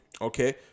okay